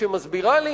שמסבירה לי